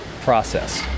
process